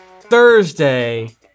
Thursday